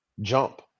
jump